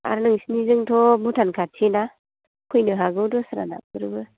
आर नोंसिनिजोंथ' भुटान खाथिना फैनो हागौ दस्रा नाफोरबो